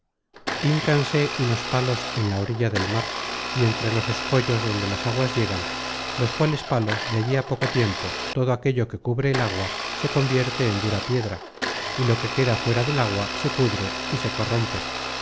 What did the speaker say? hincanse unos palos en la orilla de la mar y entre los escollos donde las aguas llegan los cuales palos de allí á poco tiempo todo aquello que cubre el agua se convierte en dura piedra y lo que queda fuera del agua se pudre y se corrompe